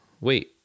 Wait